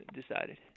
decided